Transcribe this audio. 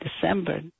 December